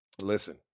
Listen